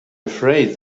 afraid